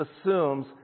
assumes